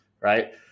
right